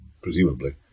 presumably